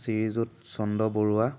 শ্ৰী যুত চন্দ্ৰ বৰুৱা